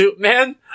man